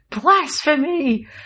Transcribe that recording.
Blasphemy